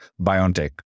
BioNTech